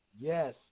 yes